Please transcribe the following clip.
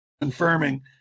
confirming